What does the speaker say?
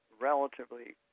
relatively